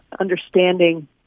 understanding